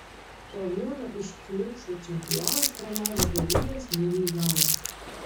po vieno iš klinčų čempionas praleido galingą smūgį į galvą